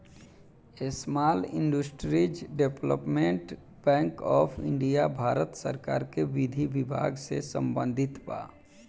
small industries development bank of India Bharat सरकार के विधि विभाग से संबंधित बा